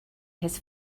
his